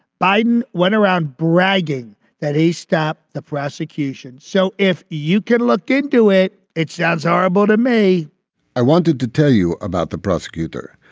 biden went around bragging that a stop the prosecution show, if you can look into it. it sounds horrible to me i wanted to tell you about the prosecutor.